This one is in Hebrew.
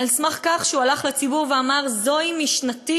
על סמך זה שהוא הלך לציבור ואמר: זוהי משנתי,